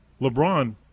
LeBron